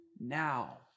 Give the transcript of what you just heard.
now